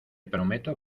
prometo